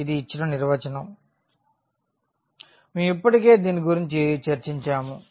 ఇది ఇచ్చిన నిర్వచనం మేము ఇప్పటికే దీని గురించి చర్చించాము